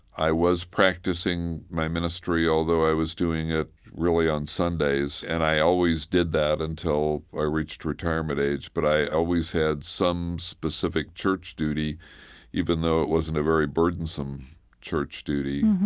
i was practicing my ministry, although i was doing it really on sundays, and i always did that until i reached retirement age, but i always had some specific church duty even though it wasn't a very burdensome church duty.